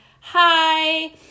hi